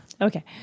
Okay